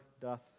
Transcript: doth